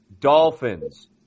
Dolphins